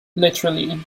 literally